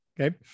Okay